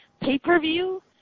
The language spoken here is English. pay-per-view